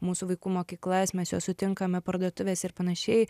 mūsų vaikų mokyklas mes juos sutinkame parduotuvėse ir panašiai